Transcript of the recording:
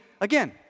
again